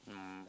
um